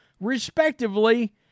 respectively